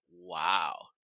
wow